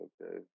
Okay